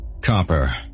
Copper